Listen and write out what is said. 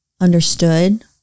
understood